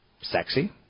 sexy